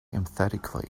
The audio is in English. emphatically